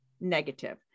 negative